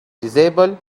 disabled